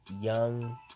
young